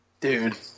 Dude